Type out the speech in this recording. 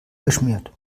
geschmiert